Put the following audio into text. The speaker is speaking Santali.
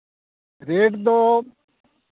ᱨᱮᱹᱴ ᱫᱚ